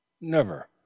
Never